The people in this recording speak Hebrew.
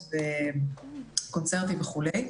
הופעות וקונצרטים וכו'.